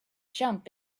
jump